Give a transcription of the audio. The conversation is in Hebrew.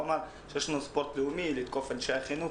אמר שיש לנו ספורט לאומי לתקוף אנשי חינוך.